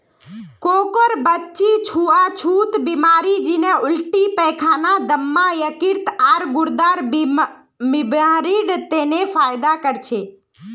कोकोर बीच्ची छुआ छुत बीमारी जन्हे उल्टी पैखाना, दम्मा, यकृत, आर गुर्देर बीमारिड तने फयदा कर छे